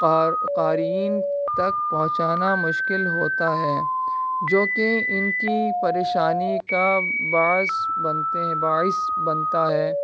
قارئین تک پہنچانا مشکل ہوتا ہے جو کہ ان کی پریشانی کا باعث بنتے ہیں باعث بنتا ہے